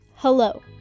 Hello